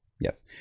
Yes